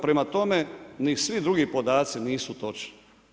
Prema tome, ni svi drugi podaci nisu točni.